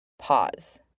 pause